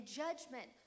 judgment